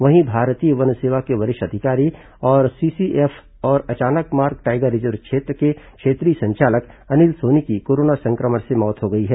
वहीं भारतीय वन सेवा के वरिष्ठ अधिकारी और सीसीएफ और अचानकमार टाइगर रिजर्व के क्षेत्रीय संचालक अनिल सोनी की कोरोना संक्रमण से मौत हो गई है